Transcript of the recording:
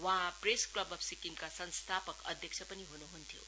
वहाँ press club of सिक्किमका संस्थापक अध्यक्ष पनि हुनुहुन्थ्यो